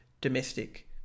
domestic